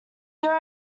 there